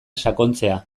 sakontzea